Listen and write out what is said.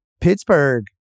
Pittsburgh